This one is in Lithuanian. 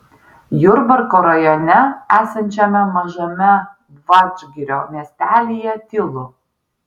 jurbarko rajone esančiame mažame vadžgirio miestelyje tylu